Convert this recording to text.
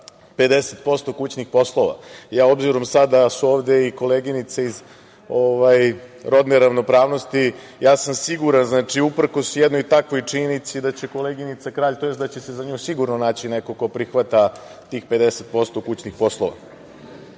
50% kućnih poslova. Obzirom sada da su ovde i koleginice iz rodne ravnopravnosti ja sam siguran, znači, uprkos jednoj takvoj činjenici da će koleginica Kralj, tj. da će se za nju sigurno naći neko ko prihvata tih 50% kućnih poslova. Danas